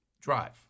drive